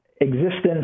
existence